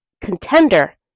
contender